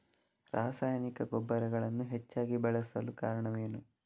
ರಾಸಾಯನಿಕ ಗೊಬ್ಬರಗಳನ್ನು ಹೆಚ್ಚಾಗಿ ಬಳಸಲು ಕಾರಣವೇನು?